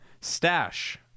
stash